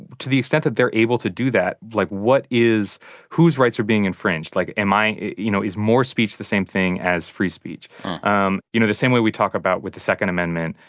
to the extent that they're able to do that, like, what is whose rights are being infringed? like, am i you know, is more speech the same thing as free speech um you know, the same way we talk about with the second amendment.